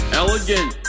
elegant